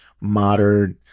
modern